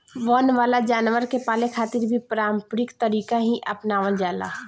वन वाला जानवर के पाले खातिर भी पारम्परिक तरीका ही आपनावल जाला